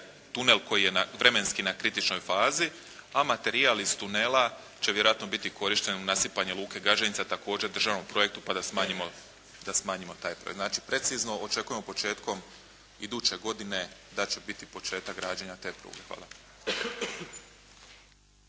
tunel koji je vremenski na kritičnoj fazi, a materijal iz tunela će vjerojatno biti korišten u nasipanje luke Gaženica, također u državnom projektu, pa da smanjimo taj. Znači precizno očekujemo početkom iduće godine da će biti početak građenja te pruge. Hvala.